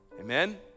amen